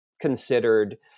considered